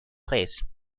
place